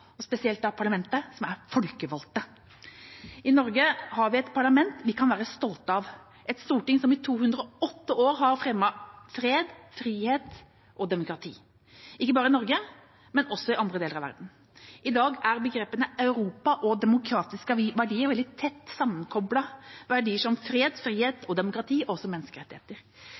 spesielt parlamentet, som er folkevalgt. I Norge har vi et parlament vi kan være stolte av, et storting som i 208 år har fremmet fred, frihet og demokrati – ikke bare i Norge, men også i andre deler av verden. I dag er begrepene «Europa» og «demokratiske verdier» veldig tett sammenkoblet, verdier som fred, frihet, demokrati og menneskerettigheter.